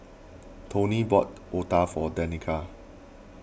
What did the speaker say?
Tony bought Otah for Danica